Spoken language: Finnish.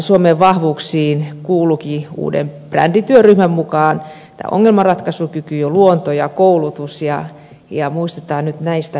suomen vahvuuksiin kuuluukin uuden brändityöryhmän mukaan tämä ongelmanratkaisukyky ja luonto ja koulutus ja muistetaan nyt näistä pitää kiinni